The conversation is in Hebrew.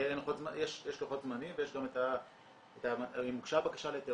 יש לוחות זמנים ויש גם אם הוגשה בקשה להיתר,